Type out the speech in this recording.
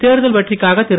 தேர்தல் வெற்றிக்காக திரு